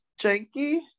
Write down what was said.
janky